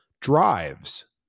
drives